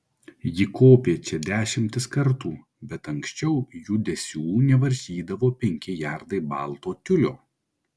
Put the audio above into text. ji kopė čia dešimtis kartų bet anksčiau judesių nevaržydavo penki jardai balto tiulio